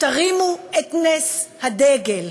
תרימו את נס הדגל,